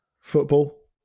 football